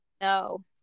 no